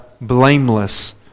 blameless